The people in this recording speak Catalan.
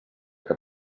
que